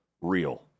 real